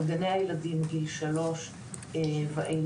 על גני הילדים, מגיל שלוש ואילך.